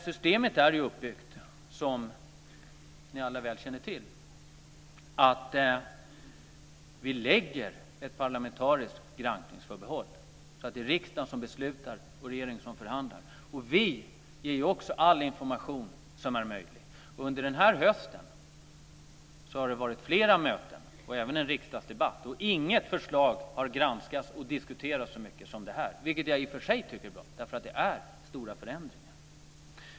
Som ni alla väl känner är systemet uppbyggt så att vi gör ett parlamentariskt granskningsförbehåll. Det är riksdagen som beslutar och regeringen som förhandlar. Vi ger också all information som är möjlig. Under hösten har det varit flera möten och även en riksdagsdebatt. Inget förslag har granskats och diskuterats så mycket som detta, vilket jag i och för sig tycker är bra. Det är stora förändringar.